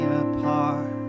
apart